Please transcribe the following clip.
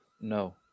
No